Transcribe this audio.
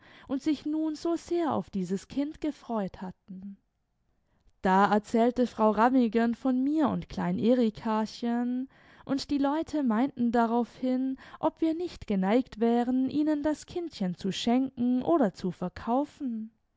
imd sich nun so sehr auf dieses kind gefreut hatten da erzählte frau rammigen von mir und klein erikachen und die leute meinten daraufhin ob wir nicht geneigt wären ihnen das kindchen zu schenken oder zu verkaufen